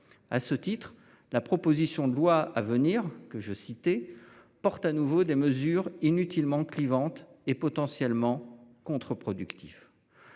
À ce titre, la proposition de loi à venir que je citais porte à nouveau des mesures inutilement clivante et potentiellement contre-productif.